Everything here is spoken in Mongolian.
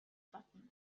болно